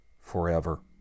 forever